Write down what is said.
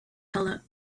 color